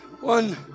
one